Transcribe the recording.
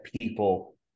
people